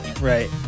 Right